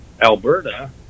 Alberta